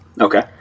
Okay